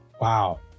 Wow